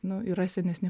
nu yra senesni